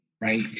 right